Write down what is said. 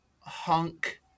hunk